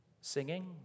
Singing